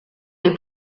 les